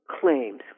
claims